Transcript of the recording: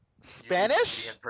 Spanish